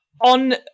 On